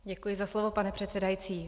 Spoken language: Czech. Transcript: Děkuji za slovo, pane předsedající.